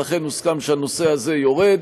ולכן הוסכם שהנושא הזה יורד.